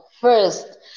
first